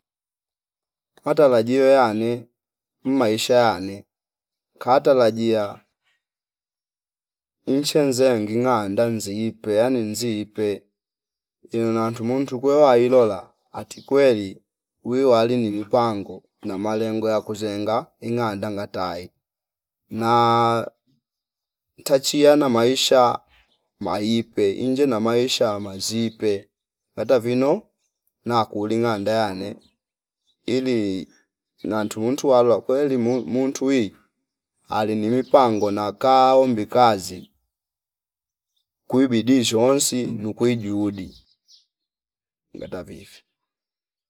Hata lajie yoyani mmaisha yani katalajia umsheze nginga anda nziyepe yani nziipe inona tumuntu kwe wailola ati kweli uyu ali ni mipango na malengo ya kuzenga inganda ngatai na tachiyana maisha maipe inje na maisha amazipe kata vino na kuli nganda yane ili nantu tumuntwa kweli mu- muntu wii alii ni mipango na kaombi kazi kwibidi shoonsi nukwi juhudi ngata vivi